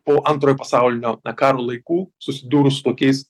po antrojo pasaulinio karo laikų susidūrus su tokiais